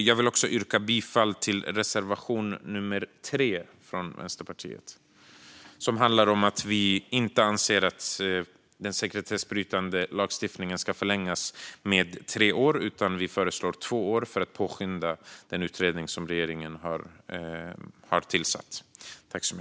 Jag yrkar bifall till reservation 3 från Vänsterpartiet om att den sekretessbrytande bestämmelsen inte ska förlängas med tre år utan två år för att påskynda regeringens utredning.